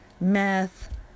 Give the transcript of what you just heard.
meth